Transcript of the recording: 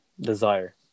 desire